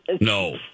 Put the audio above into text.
No